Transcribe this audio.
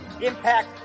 impact